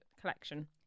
collection